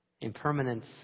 Impermanence